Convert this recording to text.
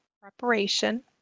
preparation